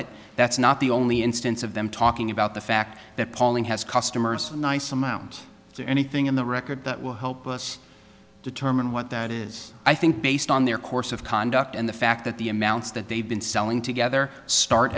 it that's not the only instance of them talking about the fact that pauline has customers of nice amount to anything in the record that will help us determine what that is i think based on their course of conduct and the fact that the amounts that they've been selling together start